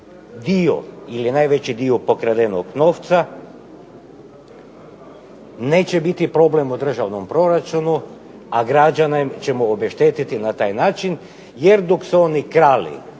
dio ili najveći dio pokradenog novca neće biti problem u državnom proračunu, a građane ćemo obeštetiti na taj način. Jer dok su oni krali,